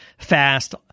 Fast